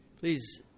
Please